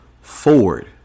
Ford